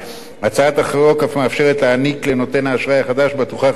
הצעת החוק אף מאפשרת להעניק לנותן האשראי החדש בטוחה חזקה יותר,